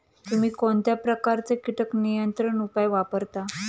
तुम्ही कोणत्या प्रकारचे कीटक नियंत्रण उपाय वापरता?